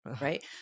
Right